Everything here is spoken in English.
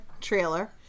trailer